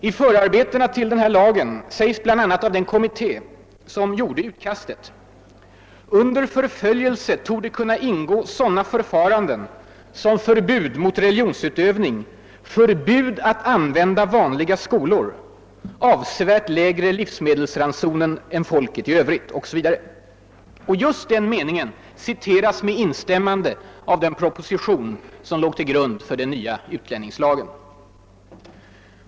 I förarbetena till den lagen sägs bl.a. av den kommitté som gjorde utkastet: >Under förföljelse torde kunna ingå sådana förfaranden som förbud mot religionsutövning, förbud att använda vanliga skolor, avsevärt läg re livsmedelsransoner än folket i övrigt 0.sS. v.> Och just den meningen citeras med instämmande i den proposition som låg till grund för den nya utlänningslagen.